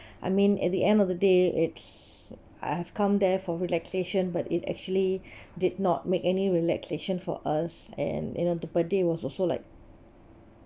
I mean at the end of the day it's I have come there for relaxation but it actually did not make any relaxation for us and you know the birthday was also like